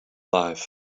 life